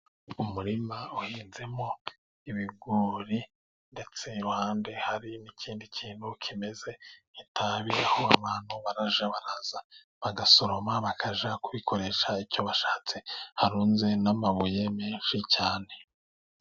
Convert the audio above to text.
Umurima uhinzemo ibigori ndetse iruhande hari n'ikindi kintu kimeze nk'itabi , aho abantu barajya baraza bagasoroma bakajya kubikoresha icyo bashatse, harunze n'amabuye menshi cyane.